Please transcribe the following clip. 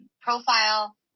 profile